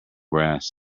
brass